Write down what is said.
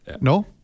No